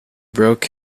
broke